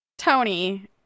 Tony